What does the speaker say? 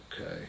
Okay